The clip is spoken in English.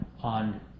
on